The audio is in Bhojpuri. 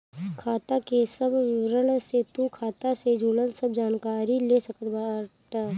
खाता के सब विवरण से तू खाता से जुड़ल सब जानकारी ले सकत बाटअ